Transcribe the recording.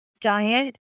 diet